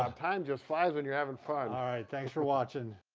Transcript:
um time just flies when you're having fun. alright, thanks for watching